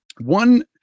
one